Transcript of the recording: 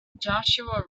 joshua